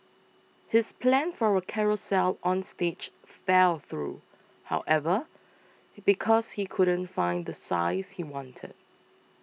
his plan for a carousel on stage fell through however because he couldn't find the size he wanted